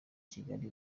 kigali